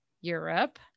Europe